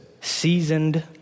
Seasoned